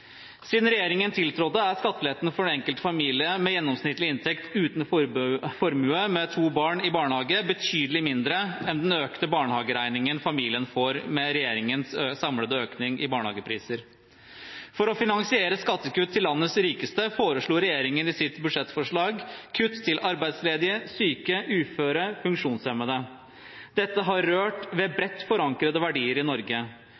Siden regjeringen tiltrådte, er skatteletten for den enkelte familie med gjennomsnittlig inntekt, uten formue og med to barn i barnehage betydelig mindre enn den økte barnehageregningen familien får med regjeringens samlede økning i barnehagepriser. For å finansiere skattekutt til landets rikeste foreslo regjeringen i sitt budsjettforslag kutt til arbeidsledige, syke, uføre og funksjonshemmede. Dette har rørt ved bredt forankrede verdier i Norge.